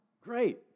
Great